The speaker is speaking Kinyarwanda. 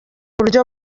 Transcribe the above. buryo